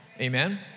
amen